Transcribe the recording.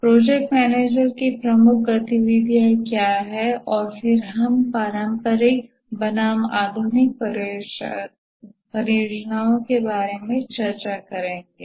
project manager की प्रमुख गतिविधियाँ क्या हैं और फिर हम पारंपरिक बनाम आधुनिक परियोजनाओं के बारे में चर्चा करेंगे